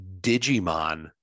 Digimon